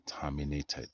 terminated